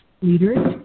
leaders